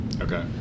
Okay